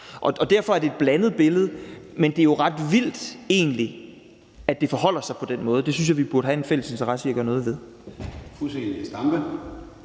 Derfor er det et blandet billede. Men det er jo egentlig ret vildt, at det forholder sig på den måde. Det synes jeg vi burde have en fælles interesse i at gøre noget ved.